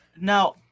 Now